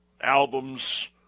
albums